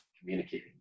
communicating